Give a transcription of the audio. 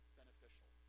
beneficial